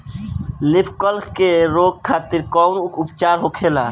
Leaf curl के रोके खातिर कउन उपचार होखेला?